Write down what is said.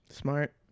Smart